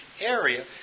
area